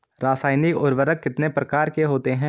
रासायनिक उर्वरक कितने प्रकार के होते हैं?